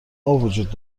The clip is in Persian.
وجود